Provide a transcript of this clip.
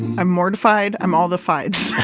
i'm mortified. i'm all the fieds.